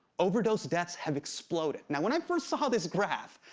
overdose deaths have exploded. now, when i first saw this graph,